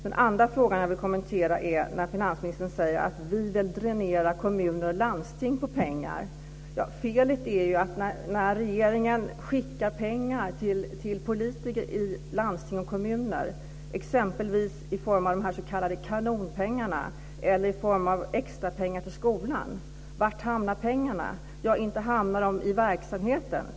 Den andra frågan jag vill kommentera gäller att finansministern säger att vi vill dränera kommuner och landsting på pengar. Var hamnar pengarna när regeringen skickar pengar till politiker i landsting och kommuner, exempelvis i form av de s.k. kanonpengarna eller i form av extrapengar till skolan? Ja, inte hamnar de i verksamheten.